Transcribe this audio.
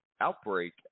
outbreak